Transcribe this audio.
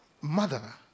mother